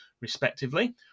respectively